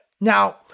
now